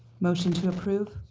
motion to approve.